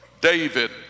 David